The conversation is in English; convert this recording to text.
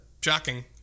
Shocking